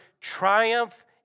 triumph